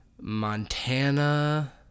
Montana